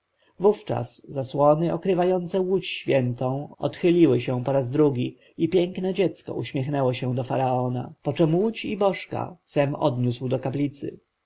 wówczas zasłony okrywające łódź świętą odchyliły się po raz drugi i piękne dziecko uśmiechnęło się do faraona poczem łódź i bożka sem odniósł do kaplicy